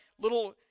little